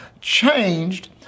changed